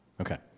Okay